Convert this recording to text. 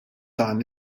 dan